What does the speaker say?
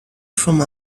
from